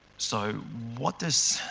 so, what does